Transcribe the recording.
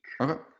Okay